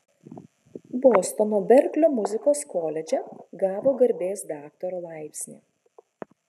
bostono berklio muzikos koledže gavo garbės daktaro laipsnį